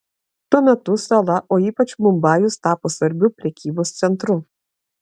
tuo metu sala o ypač mumbajus tapo svarbiu prekybos centru